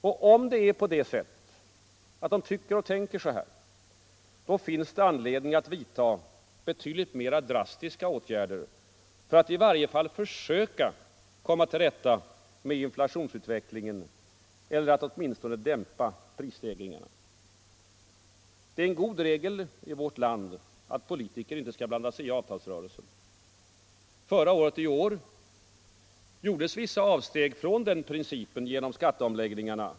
Och om det är på det sättet att de tycker och tänker så, finns det anledning att vidta betydligt mer drastiska åtgärder för att i varje fall försöka komma till rätta med inflationsutvecklingen eller att åtminstone dämpa prisstegringarna. Det är en god regel i vårt land att politiker inte skall blanda sig i avtalsrörelser. Förra året och i år gjordes vissa avsteg från den principen genom skatteomläggningarna.